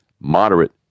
moderate